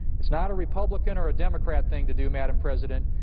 it's not a republican or a democrat thing to do, madam president.